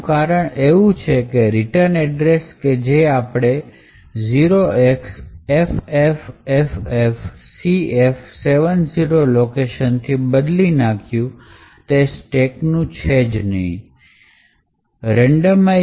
એનું કારણ એવું છે કે રીટન એડ્રેસ કે જે આપણે 0xffffcf70 લોકેશન થી બદલી નાખ્યું તે સ્ટેકનું નથી